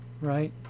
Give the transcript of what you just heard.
right